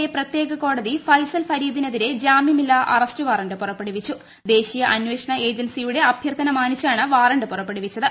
A പ്രത്യേക കോടതി ഫൈസൽ ഫരീദിനെതിരെ ജാമ്യമില്ലാ അറസ്റ്റ് വാറണ്ട് പുറപ്പെടുവിച്ചു ദേശീയ അന്വേഷണ ഏജൻസിയുടെ അഭ്യർത്ഥന മാനിച്ചാണ് വാറണ്ട് പുറപ്പെടുവിച്ചത്